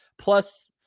plus